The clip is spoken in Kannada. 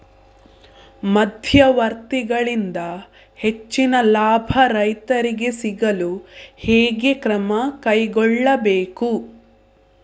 ಮಧ್ಯವರ್ತಿಗಳಿಂದ ಹೆಚ್ಚಿನ ಲಾಭ ರೈತರಿಗೆ ಸಿಗಲು ಹೇಗೆ ಕ್ರಮ ಕೈಗೊಳ್ಳಬೇಕು?